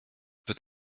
peut